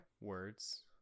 Words